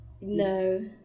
No